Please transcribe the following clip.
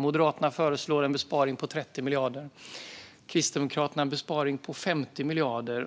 Moderaterna föreslår en besparing på 30 miljarder och Kristdemokraterna en besparing på 50 miljarder.